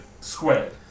squared